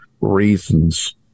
reasons